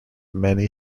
many